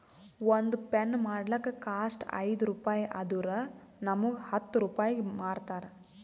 ಒಂದ್ ಪೆನ್ ಮಾಡ್ಲಕ್ ಕಾಸ್ಟ್ ಐಯ್ದ ರುಪಾಯಿ ಆದುರ್ ನಮುಗ್ ಹತ್ತ್ ರೂಪಾಯಿಗಿ ಮಾರ್ತಾರ್